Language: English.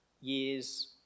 years